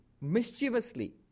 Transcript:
mischievously